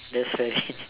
that's fair